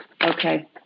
Okay